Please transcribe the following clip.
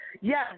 Yes